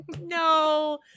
No